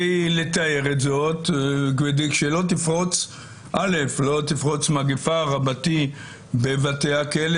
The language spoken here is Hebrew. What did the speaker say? לתאר זאת ש-א' לא תפרוץ מגפה רבתי בבתי הכלא.